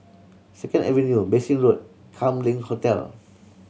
Second Avenue Bassein Road Kam Leng Hotel